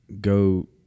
go